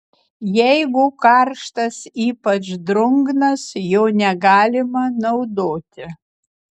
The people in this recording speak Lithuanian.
jeigu karštas ypač drungnas jo negalima naudoti